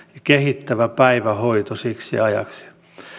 kehittävä päivähoito siksi ajaksi